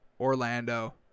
Orlando